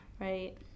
right